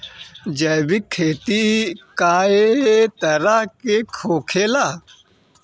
जैविक खेती कए तरह के होखेला?